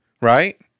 right